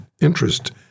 interest